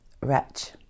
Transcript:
wretch